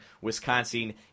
Wisconsin